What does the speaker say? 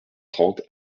trente